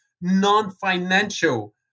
non-financial